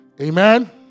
Amen